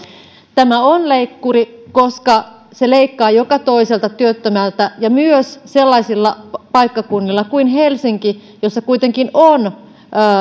tämä on leikkuri koska se leikkaa joka toiselta työttömältä ja myös sellaisilla paikkakunnilla kuin helsinki jossa kuitenkin on